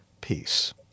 Peace